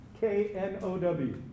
K-N-O-W